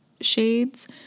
shades